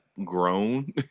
grown